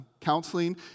counseling